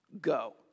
Go